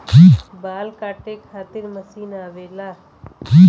बाल काटे खातिर मशीन आवेला